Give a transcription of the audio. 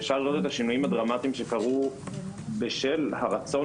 אפשר לראות את השינויים הדרמטיים שקרו בשל הרצון